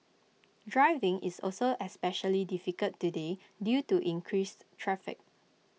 driving is also especially difficult today due to increased traffic